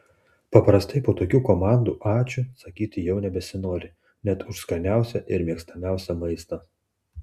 paprastai po tokių komandų ačiū sakyti jau nebesinori net už skaniausią ir mėgstamiausią maistą